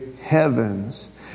heavens